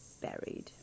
buried